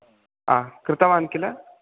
आ कृतवान् खिल